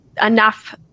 enough